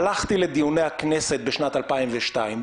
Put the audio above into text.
הלכתי לדיוני הכנסת בשנת 2002,